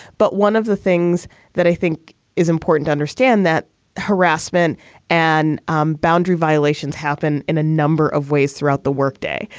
but one of the things that i think is important to understand that harassment and um boundary violations happen in a number of ways throughout the workday.